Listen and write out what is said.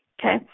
okay